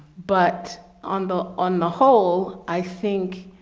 but on the on the whole, i think,